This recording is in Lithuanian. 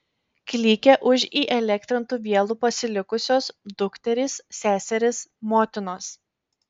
klykė už įelektrintų vielų pasilikusios dukterys seserys motinos